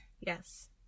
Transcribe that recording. yes